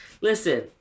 listen